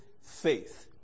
faith